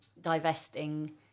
divesting